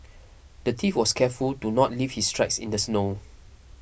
the thief was careful to not leave his tracks in the snow